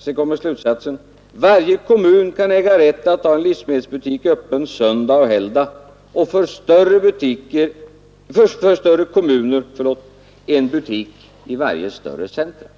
Sedan kommer man till slutsatsen att varje kommun kan äga rätt att ha en livsmedelsbutik öppen söndagar och helgdagar och större kommuner en butik i varje större center.